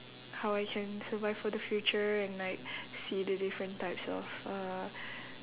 how I can survive for the future and like see the different types of uh